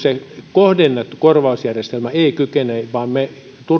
kohdennettu korvausjärjestelmämme ei kykene tukemaan vaan me turvaudumme